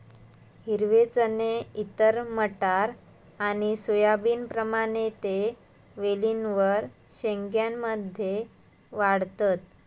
हिरवे चणे इतर मटार आणि सोयाबीनप्रमाणे ते वेलींवर शेंग्या मध्ये वाढतत